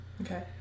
Okay